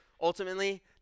ultimately